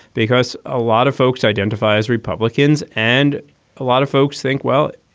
because a lot of folks identify as republicans and a lot of folks think, well,